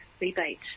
rebate